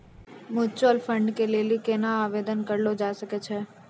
Mutual fund के लेली केना आवेदन करलो जाय सकै छै?